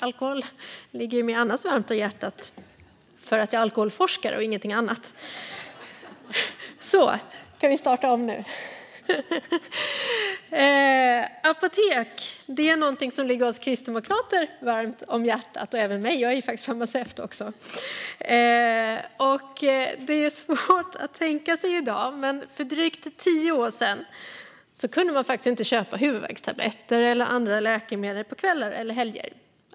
Alkohol ligger mig annars varmt om hjärtat för att jag är alkoholforskare, inget annat. Så, kan vi starta om nu? Apotek är något som ligger oss kristdemokrater varmt om hjärtat, och även mig; jag är faktiskt farmaceut också. Det är svårt att tänka sig i dag, men för drygt tio år sedan kunde man inte köpa huvudvärkstabletter eller andra läkemedel på kvällar eller helger.